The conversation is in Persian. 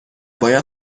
باید